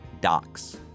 docs